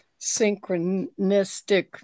synchronistic